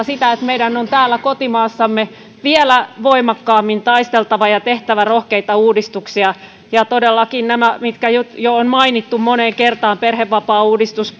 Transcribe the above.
sitä että meidän on täällä kotimaassamme vielä voimakkaammin taisteltava ja tehtävä rohkeita uudistuksia ja todellakin nämä mitkä jo on mainittu moneen kertaan perhevapaauudistus